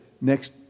next